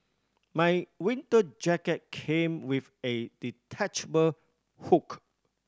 my winter jacket came with a detachable hook